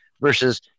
versus